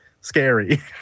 scary